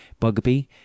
Bugby